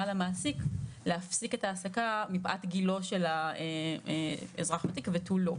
למעסיק להפסיק את ההעסקה מפאת גילו של האזרח הוותיק ותו לא.